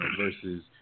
versus